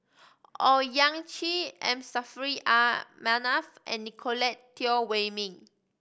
Owyang Chi M Saffri A Manaf and Nicolette Teo Wei Min